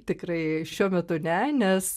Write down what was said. tikrai šiuo metu ne nes